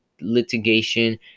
litigation